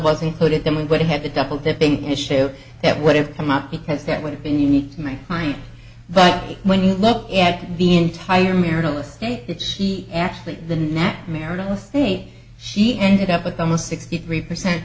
was included then we would have a double dipping issue that would have come up because that would have been unique to my mind but when you look at the entire marital estate if she actually the net marital estate she ended up with almost sixty three percent